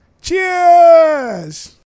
Cheers